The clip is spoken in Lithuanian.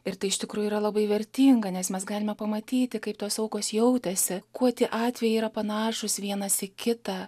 ir tai iš tikro yra labai vertinga nes mes galime pamatyti kaip tos aukos jautėsi kuo tie atvejai yra panašūs vienas į kitą